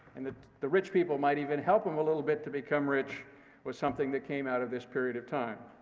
and that the rich people might even help them a little bit to become rich was something that came out of this period of time.